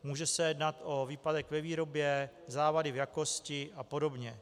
Může se jednat o výpadek ve výrobě, závady v jakosti apod.